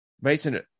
Mason